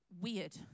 weird